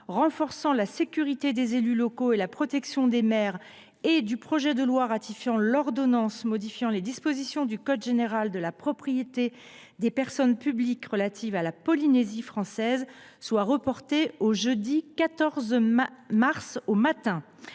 renforçant la sécurité et la protection des maires et des élus locaux et du projet de loi ratifiant l’ordonnance modifiant les dispositions du code général de la propriété des personnes publiques relatives à la Polynésie française soit reporté au jeudi 14 mars matin.